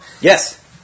Yes